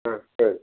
ஆ சரி